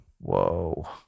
Whoa